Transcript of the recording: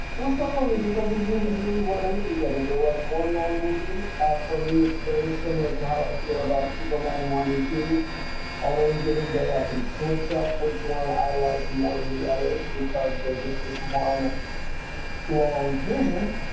we'll stop for me because these movies really run into each other. they're like one long movie for me it's very similar to how i feel about superman wanting to on any given day i can switch up which one i like more than the other because they're just this one wrong vision